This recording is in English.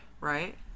Right